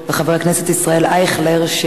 וחבר הכנסת ישראל אייכלר,